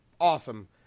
awesome